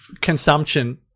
consumption